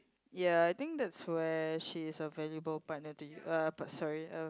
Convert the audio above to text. ya I think that's where she's a valuable partner to you uh sorry uh